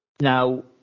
Now